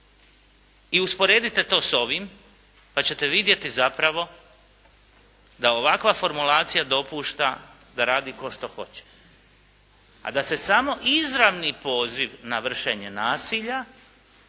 i usporedite to s ovim pa ćete vidjeti zapravo da ovakva formulacija dopušta da radi tko što hoće. A da se samo izravni poziv na vršenje nasilja